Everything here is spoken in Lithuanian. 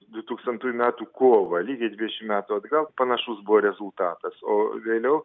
du tūkstantųjų metų kovą lygiai dvidešimt metų atgal panašus buvo rezultatas o vėliau